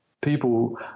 people